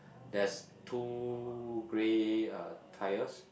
there's two grey uh tires